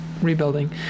Rebuilding